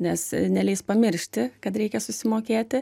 nes neleis pamiršti kad reikia susimokėti